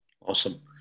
Awesome